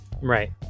Right